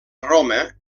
roma